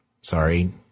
sorry